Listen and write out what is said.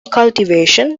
cultivation